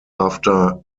after